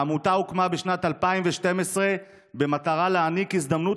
העמותה הוקמה בשנת 2012 במטרה להעניק הזדמנות